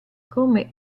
come